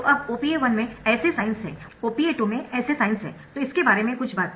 तो अब OPA 1 में ऐसे साइन्स है OPA 2 में ऐसे साइन्स है तो इसके बारे में कुछ बाते